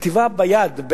כתיבה ביד,